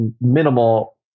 minimal